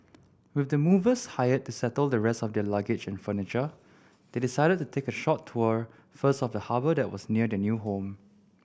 with the movers hired to settle the rest of their luggage and furniture they decided to take a short tour first of the harbour that was near their new home